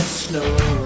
snow